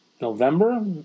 November